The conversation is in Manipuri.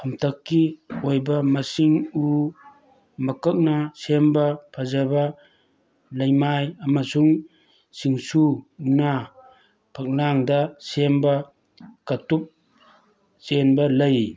ꯐꯝꯇꯛꯀꯤ ꯑꯣꯏꯕ ꯃꯁꯤꯡ ꯎ ꯃꯀꯛꯅ ꯁꯦꯝꯕ ꯐꯖꯕ ꯂꯩꯃꯥꯏ ꯑꯃꯁꯨꯡ ꯆꯤꯡꯁꯨꯅ ꯐꯛꯂꯥꯡꯗ ꯁꯦꯝꯕ ꯀꯇꯨꯛ ꯆꯦꯟꯕ ꯂꯩ